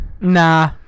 Nah